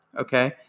okay